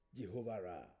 Jehovah